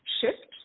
shift